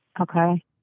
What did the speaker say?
Okay